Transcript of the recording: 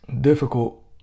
difficult